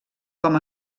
com